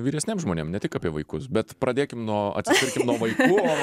vyresniem žmonėm ne tik apie vaikus bet pradėkim nuo atsispirkim nuo vaikų o